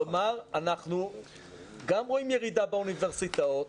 כלומר אנחנו גם רואים ירידה באוניברסיטאות,